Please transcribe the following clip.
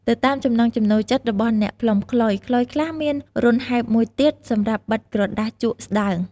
ទៅតាមចំណង់ចំណូលចិត្តរបស់អ្នកផ្លុំខ្លុយ ខ្លុយខ្លះមានរន្ធហែបមួយទៀតសម្រាប់បិទក្រដាសជក់ស្តើង។